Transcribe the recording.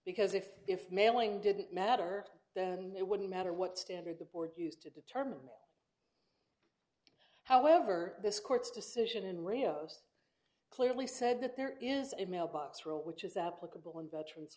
because if if mailing didn't matter then it wouldn't matter what standard the board used to determine however this court's decision in rio's clearly said that there is a mailbox rule which is applicable in veterans